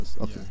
Okay